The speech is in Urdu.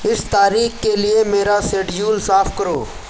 اس تاریخ کے لیے میرا شیڈول صاف کرو